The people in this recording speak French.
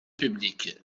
public